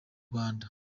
rwanda